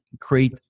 create